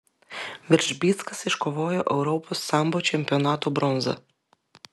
veržbickas iškovojo europos sambo čempionato bronzą